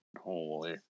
Holy